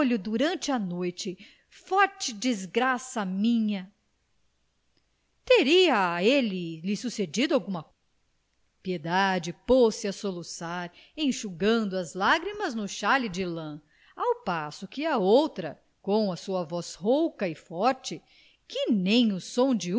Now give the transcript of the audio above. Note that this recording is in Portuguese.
durante a noite forte desgraça a minha teria a ele lhe sucedido alguma piedade pôs-se a soluçar enxugando as lágrimas no xale de lã ao passo que a outra com a sua voz rouca e forte que nem o som de